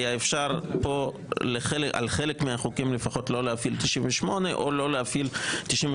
והיה אפשר לפחות על חלק מהחוקים לא להפעיל 98,